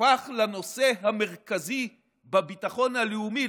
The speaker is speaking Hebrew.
הפך לנושא המרכזי בביטחון הלאומי,